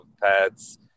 Pad's